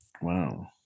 Wow